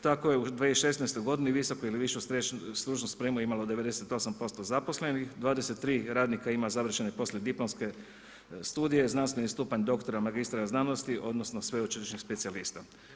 Tako je u 2016. godini visoku ili višu stručnu spremu imalo 98% zaposlenih, 23 radnika ima završene poslijediplomske studije, znanstveni stupanj doktora magistra znanosti, odnosno sveučilišnih specijalista.